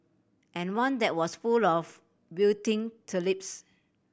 and one that was full of wilting tulips